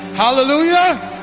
Hallelujah